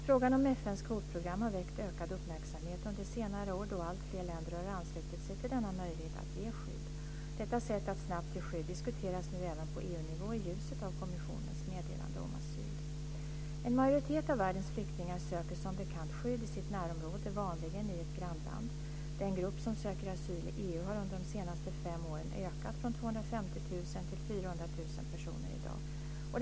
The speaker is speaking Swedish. Frågan om FN:s kvotprogram har väckt ökad uppmärksamhet under senare år, då alltfler länder har anslutit sig till denna möjlighet att ge skydd. Detta sätt att snabbt ge skydd diskuteras nu även på EU nivå i ljuset av kommissionens meddelande om asyl. En majoritet av världens flyktingar söker som bekant skydd i sitt närområde - vanligen i ett grannland. Den grupp som söker asyl i EU har under de senaste fem åren ökat från 250 000 till 400 000 personer i dag.